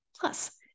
plus